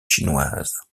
chinoise